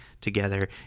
together